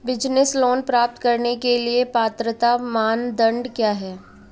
Business loan प्राप्त करने के लिए पात्रता मानदंड क्या हैं?